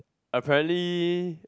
apparently